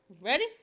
Ready